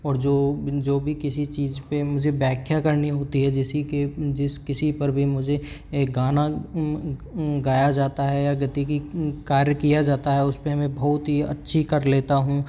और जो जो भी किसी चीज पर मुझे व्याख्या करनी होती है जैसे कि जिस किसी पर भी मुझे एक गाना गाया जाता है या गतिकी कार्य किया जाता है उस पर मैं बहुत ही अच्छी कर लेता हूँ